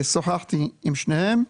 שוחחתי עם שניהם,